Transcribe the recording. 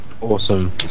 Awesome